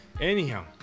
Anyhow